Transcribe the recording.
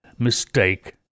mistake